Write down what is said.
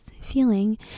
feeling